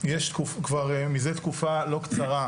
יש כבר מזה תקופה לא קצרה,